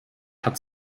hat